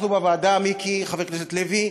אנחנו בוועדה, חבר הכנסת לוי,